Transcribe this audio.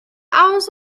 hours